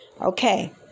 Okay